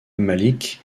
malik